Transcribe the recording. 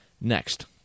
Next